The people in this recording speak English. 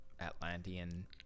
Atlantean